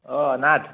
অ Nath